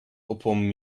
upon